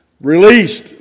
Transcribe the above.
Released